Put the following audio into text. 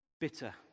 bitter